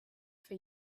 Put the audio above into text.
for